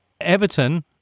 Everton